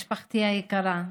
משפחתי היקרה,